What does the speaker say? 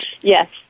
Yes